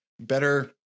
better